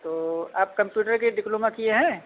तो आप कम्प्यूटर के डिप्लोमा किए हैं